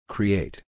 Create